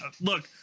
look